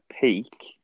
peak